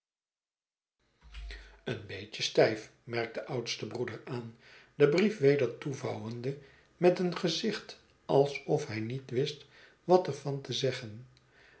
een beetje stijf merkt de oudste broeder aan den brief weder toevouwende met een gezicht alsof hij niet wist wat er van te zeggen